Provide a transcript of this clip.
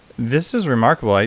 this is remarkable. ah